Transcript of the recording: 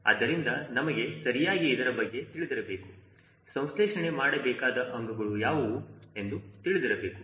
ಆದ್ದರಿಂದ ನಮಗೆ ಸರಿಯಾಗಿ ಇದರ ಬಗ್ಗೆ ತಿಳಿದಿರಬೇಕು ಸಂಸ್ಲೇಷಣೆ ಮಾಡಬೇಕಾದ ಅಂಗಗಳು ಯಾವುವು ಎಂದು ತಿಳಿದಿರಬೇಕು